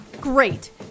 Great